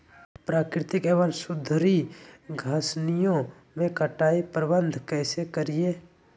प्राकृतिक एवं सुधरी घासनियों में कटाई प्रबन्ध कैसे करीये?